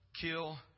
kill